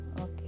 Okay